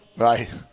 Right